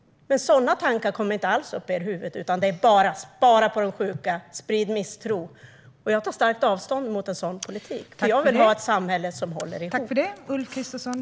Men sådana tankar kommer inte alls upp i era huvuden. Det handlar bara om att spara på de sjuka och om att sprida misstro. Jag tar starkt avstånd från en sådan politik, för jag vill ha ett samhälle som håller ihop.